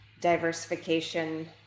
diversification